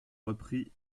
reprit